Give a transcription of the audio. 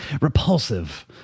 Repulsive